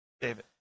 David